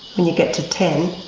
you get to ten